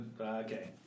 Okay